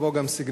כמו גם סגנון,